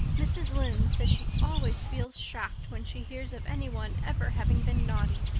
mrs. lynde says she always feels shocked when she hears of anyone ever having been naughty,